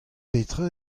petra